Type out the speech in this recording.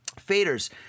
faders